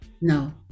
No